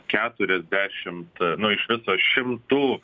keturiasdešimt nu iš viso šimtų